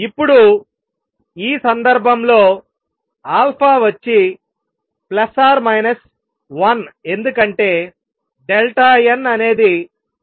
ఇప్పుడు ఈ సందర్భంలో వచ్చి 1 ఎందుకంటే n అనేది 1